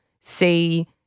see